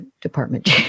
department